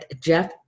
Jeff